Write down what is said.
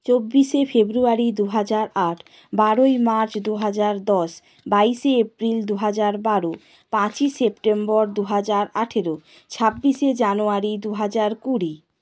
চব্বিশে ফেব্রুয়ারি দু হাজার আট বারোই মার্চ দু হাজার দশ বাইশে এপ্রিল দু হাজার বারো পাঁচই সেপ্টেম্বর দু হাজার আঠেরো ছাব্বিশে জানুয়ারি দু হাজার কুড়ি